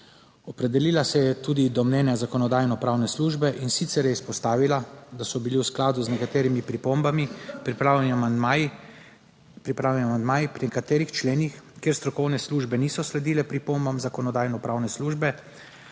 Opredelila se je tudi do mnenja Zakonodajno-pravne službe, in sicer je izpostavila, da so bili v skladu z nekaterimi pripombami pripravljeni amandmaji, pri nekaterih členih, kjer strokovne službe niso sledile pripombam zakonodajnopravne službe,